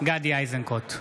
גדי איזנקוט,